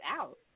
out